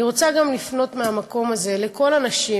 אני רוצה גם לפנות מהמקום הזה לכל הנשים